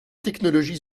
technologies